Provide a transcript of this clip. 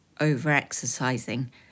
over-exercising